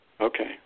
Okay